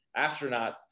astronauts